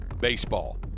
baseball